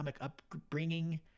upbringing